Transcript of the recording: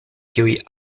kiuj